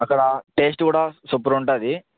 అక్కడ టేస్ట్ కూడా సూపర్ ఉంటుంది